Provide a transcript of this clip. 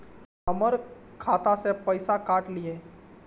हमर खाता से पैसा काट लिए?